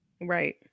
Right